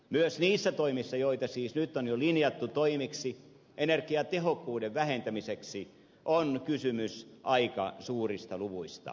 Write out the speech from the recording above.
myös niissä toimissa joita siis nyt on jo linjattu toimiksi energiatehokkuuden vähentämiseksi on kysymys aika suurista luvuista